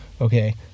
Okay